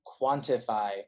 quantify